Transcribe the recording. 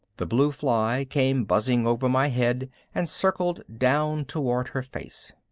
the blue fly came buzzing over my head and circled down toward her face.